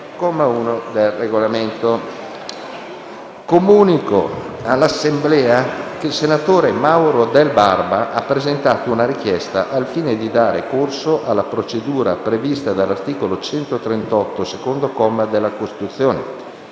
Comunico all'Assemblea che il senatore Mauro Del Barba ha presentato una richiesta al fine di dare corso alla procedura - prevista dall'articolo 138, secondo comma, della Costituzione